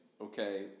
Okay